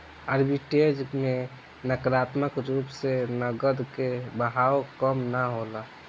arbitrage में नकारात्मक रूप से नकद के बहाव कम ना होला